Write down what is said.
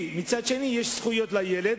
מצד אחר, יש זכויות לילד.